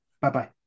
Bye-bye